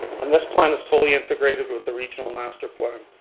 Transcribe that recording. and this plan is fully integrated with the regional master plan.